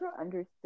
understood